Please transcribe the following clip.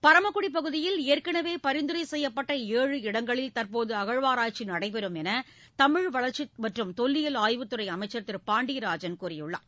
பரமக்குடி பகுதியில் ஏற்கனவே பரிந்துரை செய்யப்பட்ட ஏழு இடங்களில் தற்போது அகழ்வாராய்ச்சி நடைபெறும் என்று தமிழ்வளர்ச்சி மற்றும் தொல்லியல் ஆய்வுத் துறை அமைச்சர் திரு பாண்டியராஜன் கூறியுள்ளார்